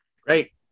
Great